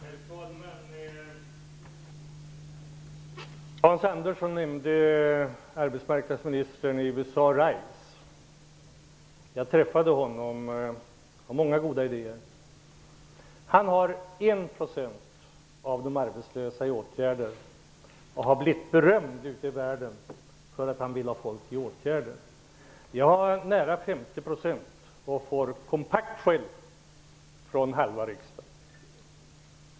Herr talman! Hans Andersson nämnde arbetsmarknadsminister Reich i USA. Jag träffade honom. Han har många goda idéer. Han har 1 % av de arbetslösa i åtgärder och har blivit berömd ute i världen för att han vill ha folk i åtgärder. Jag har nära 50 % och får kompakt skäll från halva riksdagen.